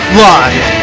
live